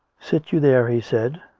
sit you there, he said,